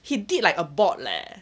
he did like a board leh